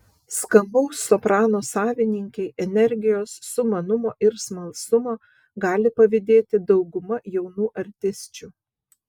skambaus soprano savininkei energijos sumanumo ir smalsumo gali pavydėti dauguma jaunų artisčių